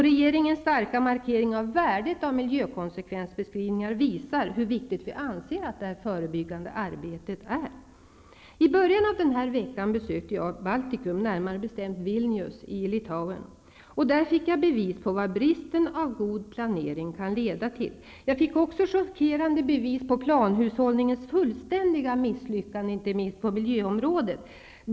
Regeringens starka markering av värdet av miljökonsekvensbeskrivningar visar hur viktigt vi anser att det förebyggande arbetet är. I början av denna vecka besökte jag Baltikum, närmare bestämt Vilnius i Litauen. Där fick jag bevis på vad bristen på god planering kan leda till. Jag fick också chockerande bevis på planhushållningens fullständiga misslyckande, inte minst på miljöområdet.